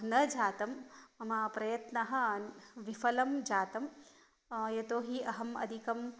न जातं मम प्रयत्नः विफलं जातं यतो हि अहम् अधिकं